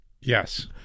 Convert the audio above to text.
Yes